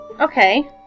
Okay